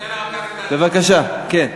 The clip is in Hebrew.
בבקשה, כן.